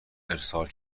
ارسال